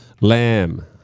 lamb